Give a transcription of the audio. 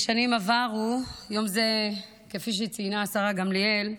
בשנים עברו ביום זה, כפי שציינה השרה גמליאל,